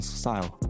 style